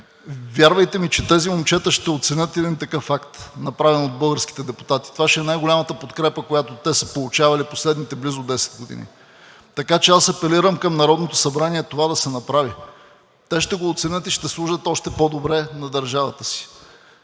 Вярвайте ми, че тези момчета ще оценят един такъв акт, направен от българските депутати. Това ще е най-голямата подкрепа, която те са получавали в последните близо 10 години, така че аз апелирам към Народното събрание това да се направи. Те ще го оценят и ще служат още по-добре на държавата си.